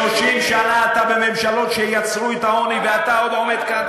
30 שנה אתה בממשלות שיצרו את העוני ואתה עוד עומד כאן,